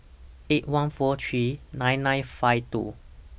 eight one four three nine nine five two